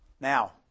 Now